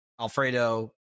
alfredo